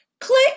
click